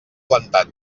plantat